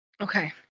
Okay